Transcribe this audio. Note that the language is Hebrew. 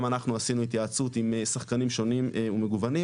אנחנו עשינו התייעצות עם שחקנים שונים ומגוונים,